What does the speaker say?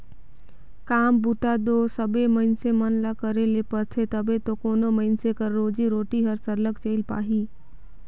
काम बूता दो सबे मइनसे मन ल करे ले परथे तबे दो कोनो मइनसे कर रोजी रोटी हर सरलग चइल पाही